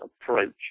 approach